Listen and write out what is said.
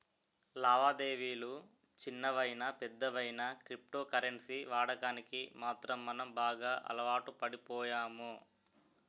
లావాదేవిలు చిన్నవయినా పెద్దవయినా క్రిప్టో కరెన్సీ వాడకానికి మాత్రం మనం బాగా అలవాటుపడిపోయాము